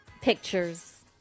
pictures